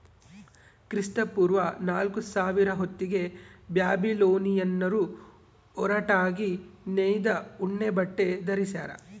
ಕ್ರಿಸ್ತಪೂರ್ವ ನಾಲ್ಕುಸಾವಿರ ಹೊತ್ತಿಗೆ ಬ್ಯಾಬಿಲೋನಿಯನ್ನರು ಹೊರಟಾಗಿ ನೇಯ್ದ ಉಣ್ಣೆಬಟ್ಟೆ ಧರಿಸ್ಯಾರ